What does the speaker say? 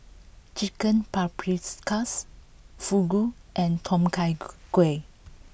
Chicken Paprikas Fugu and Tom Kha Gai